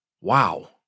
wow